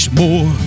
more